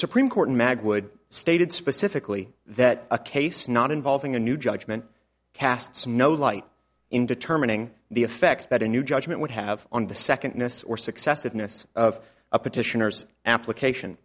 supreme court mag would stated specifically that a case not involving a new judgment casts no light in determining the effect that a new judgment would have on the second notice or successive notice of a petitioners application